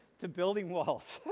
to building walls.